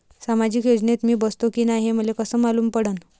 सामाजिक योजनेत मी बसतो की नाय हे मले कस मालूम पडन?